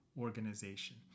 organization